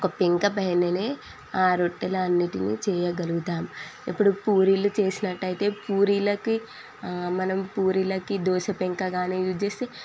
ఒక పెంక పైననే ఆ రొట్టెలు అన్నింటినీ చేయగలుగుతాము ఇప్పుడు పూరీలు చేసినట్టయితే పూరీలకి ఆ మనం పూరీలకి దోశ పెంకా కానీ యూజ్ చేస్తే